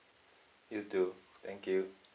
you too thank you